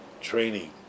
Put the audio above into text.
training